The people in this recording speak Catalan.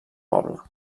poble